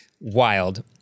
Wild